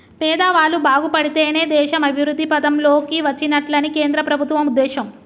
పేదవాళ్ళు బాగుపడితేనే దేశం అభివృద్ధి పథం లోకి వచ్చినట్లని కేంద్ర ప్రభుత్వం ఉద్దేశం